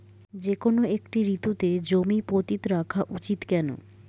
যেকোনো একটি ঋতুতে জমি পতিত রাখা উচিৎ কেন?